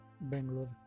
Bangalore